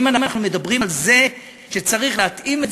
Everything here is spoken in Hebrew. אם אנחנו מדברים על זה שצריך להתאים את